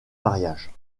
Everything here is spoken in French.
mariage